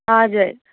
हजुर